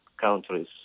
countries